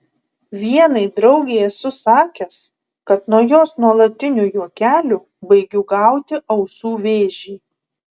vienai draugei esu sakęs kad nuo jos nuolatinių juokelių baigiu gauti ausų vėžį